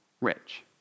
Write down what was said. rich